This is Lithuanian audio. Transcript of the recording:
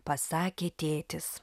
pasakė tėtis